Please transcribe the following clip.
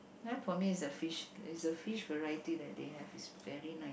ya for me is the fish is the fish variety they have is very nice